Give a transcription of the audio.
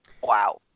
Wow